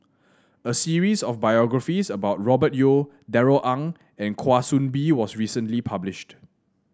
a series of biographies about Robert Yeo Darrell Ang and Kwa Soon Bee was recently published